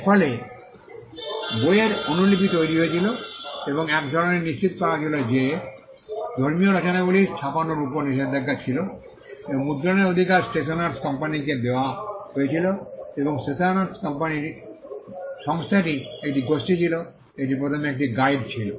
এর ফলে বইয়ের অনুলিপি তৈরি হয়েছিল এবং এক ধরণের সত্যতা নিশ্চিত করা হয়েছিল যে ধর্মীয় রচনাগুলি ছাপানোর উপর নিষেধাজ্ঞা ছিল এবং মুদ্রণের অধিকার স্টেশনার্স কোম্পানিকে দেওয়া হয়েছিল এবং স্টেশনার্স কোম্পানি সংস্থাটি একটি গোষ্ঠী ছিল এটি প্রথমে একটি গাইড ছিল